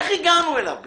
איך הגענו אליו בכלל?